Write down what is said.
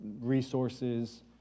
resources